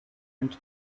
and